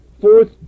fourth